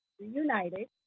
reunited